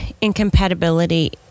incompatibility